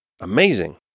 Amazing